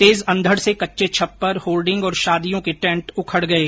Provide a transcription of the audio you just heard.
तेज अंधड से कच्चे छप्पर होर्डिंग और शादियों के टेंट उखड गये